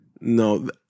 No